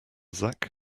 zach